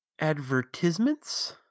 advertisements